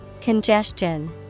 Congestion